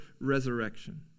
resurrection